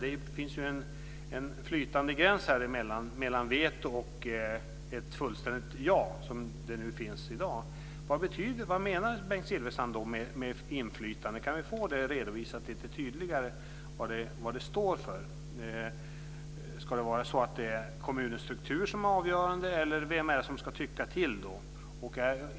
Det finns ju en flytande gräns mellan veto och ett fullständigt ja, som finns i dag. Vad menar Bengt Silfverstrand med inflytande? Kan vi få lite tydligare redovisat vad det står för? Ska det vara kommunens struktur som är avgörande? Vem är det som ska tycka till?